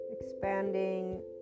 expanding